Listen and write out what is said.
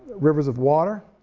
rivers of water,